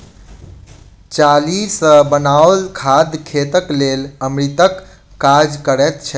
चाली सॅ बनाओल खाद खेतक लेल अमृतक काज करैत छै